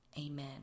Amen